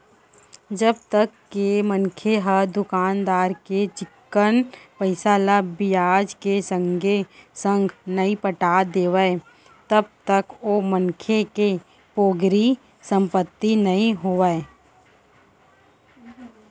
जब तक के मनखे ह दुकानदार के चिक्कन पइसा ल बियाज के संगे संग नइ पटा देवय तब तक ओ मनखे के पोगरी संपत्ति नइ होवय